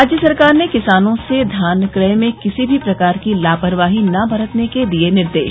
राज्य सरकार ने किसानों से धान क्रय में किसी भी प्रकार की लापरवाही न बरतने के दिये निर्देश